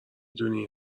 دونی